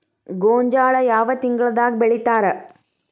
ಗೋಂಜಾಳ ಯಾವ ತಿಂಗಳದಾಗ್ ಬೆಳಿತಾರ?